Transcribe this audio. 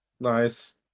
Nice